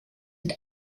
and